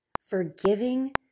forgiving